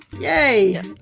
Yay